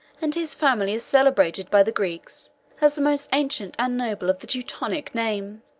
and his family is celebrated by the greeks as the most ancient and noble of the teutonic name.